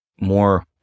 more